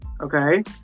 okay